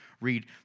read